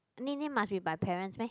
need need must be by parents meh